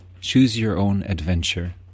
choose-your-own-adventure